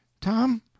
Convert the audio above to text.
Tom